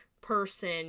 person